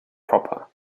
proper